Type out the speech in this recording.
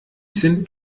sind